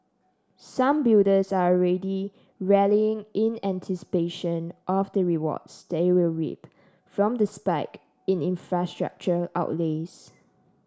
some builders are already rallying in anticipation of the rewards they will reap from the spike in infrastructure outlays